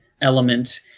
element